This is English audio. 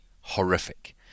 horrific